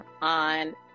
on